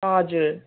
हजुर